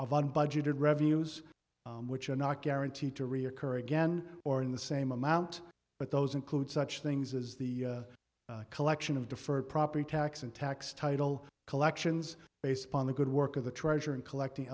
of unbudgeted revenues which are not guaranteed to reoccur again or in the same amount but those include such things as the collection of deferred property tax and tax title collections based upon the good work of the treasurer and collecting